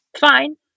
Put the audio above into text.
fine